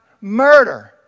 murder